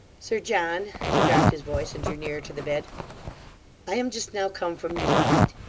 sir john' he dropped his voice and drew nearer to the bed i am just now come from newgate